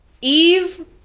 Eve